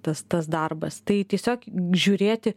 tas tas darbas tai tiesiog žiūrėti